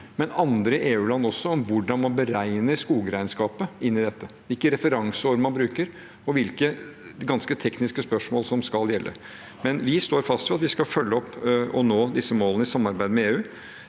men andre EU-land også – om hvordan man beregner skogregnskapet inn i dette, hvilket referanseår man bruker, og hvilke ganske tekniske spørsmål som skal gjelde. Men vi står fast ved at vi skal følge opp og nå disse målene i samarbeid med EU.